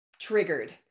triggered